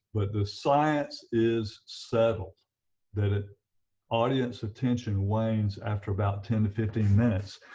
but the science is settled that audience attention wanes after about ten to fifteen minutes,